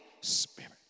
Spirit